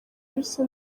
bise